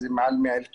מעל 100,000 תושבים.